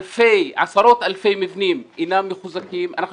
עשרות אלפי מבנים אינם מחוזקים ואנחנו